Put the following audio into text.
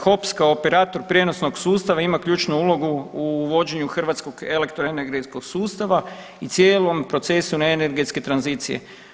HOPS kao operator prijenosnog sustava ima ključnu ulogu u vođenju hrvatskog elektroenergetskog sustava i cijelim procesom na energetske tranzicije.